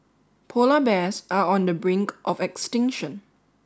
polar bears are on the brink of extinction